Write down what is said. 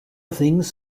things